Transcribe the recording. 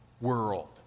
world